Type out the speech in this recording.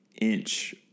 inch